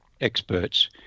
experts